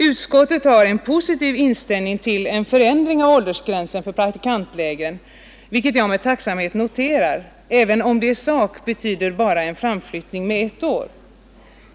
Utskottet har en positiv inställning till en förändring av åldersgränserna för praktikantlägren, vilket jag med tacksamhet noterar, även om det i sak bara betyder en framflyttning med ett år.